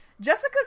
Jessica